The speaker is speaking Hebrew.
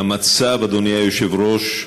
אדוני היושב-ראש,